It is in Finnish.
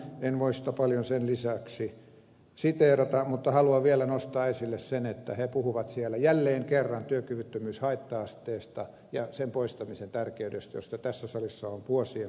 en voi sitä paljon enempää siteerata mutta haluan vielä nostaa esille sen että he puhuvat siellä jälleen kerran työkyvyttömyyshaitta asteesta ja sen poistamisen tärkeydestä josta tässä salissa on vuosien mittaan paljon puhuttu